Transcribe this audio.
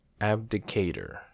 Abdicator